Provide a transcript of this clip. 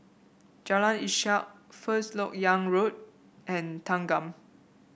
Jalan Ishak First LoK Yang Road and Thanggam